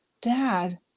dad